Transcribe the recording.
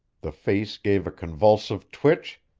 the face gave a convulsive twitch,